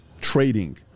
trading